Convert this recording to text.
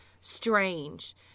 strange